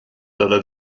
dalla